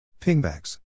Pingbacks